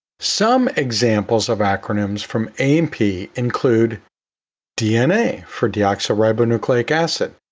some examples of acronyms from a and p include dna for deoxyribonucleic acid,